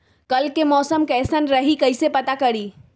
कल के मौसम कैसन रही कई से पता करी?